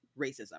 racism